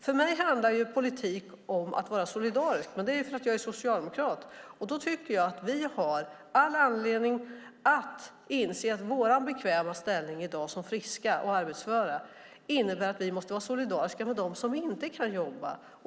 För mig handlar politik om att vara solidarisk, men det är för att jag är socialdemokrat. Då tycker jag att vi har all anledning att inse att vår bekväma ställning i dag som friska och arbetsföra innebär att vi måste vara solidariska med dem som inte kan jobba.